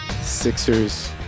Sixers